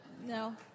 No